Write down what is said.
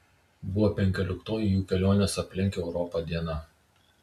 buvo penkioliktoji jų kelionės aplink europą diena